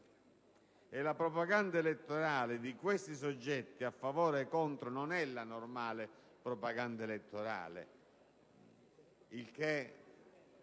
E la propaganda elettorale di questi soggetti, a favore o contro, non è la normale propaganda elettorale, il che